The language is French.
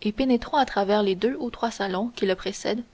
et pénétrons à travers les deux ou trois salons qui le précèdent